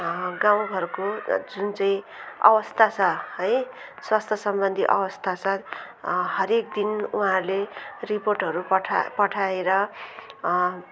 गाउँघरको जुन चाहिँ अवस्था छ है स्वास्थ्यसम्बन्धी अवस्था छ हरेक दिन उहाँहरूले रिपोर्टहरू पठा पठाएर